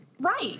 right